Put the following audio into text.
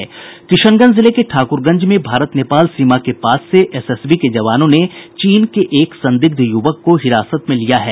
किशनगंज जिले के ठाकुरगंज में भारत नेपाल सीमा के पास से एसएसबी के जवानों ने चीन के एक सदिग्ध युवक को हिरासत में लिया है